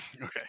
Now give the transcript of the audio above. Okay